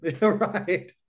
Right